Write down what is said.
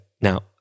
now